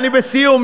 אני בסיום,